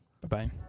Bye-bye